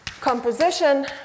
composition